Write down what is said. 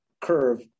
curve